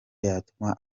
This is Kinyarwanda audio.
yatuma